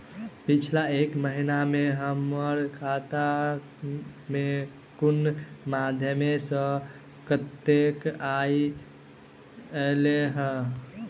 पिछला एक महीना मे हम्मर खाता मे कुन मध्यमे सऽ कत्तेक पाई ऐलई ह?